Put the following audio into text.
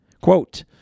Quote